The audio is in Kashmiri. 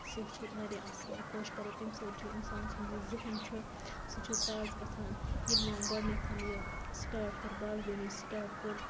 سُہ چھُ واریاہ اصل خۄش کَران تمہِ سۭتۍ چھُ اِنسان سُنٛد یُس ذہن چھُ سُہ چھُ تازٕ گَژھان ییٚلہِ مےٚ گۄڈنیٚتھ یہِ سٹاٹ کٔر باغبٲنی سٹاٹ کٔر